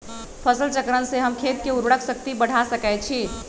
फसल चक्रण से हम खेत के उर्वरक शक्ति बढ़ा सकैछि?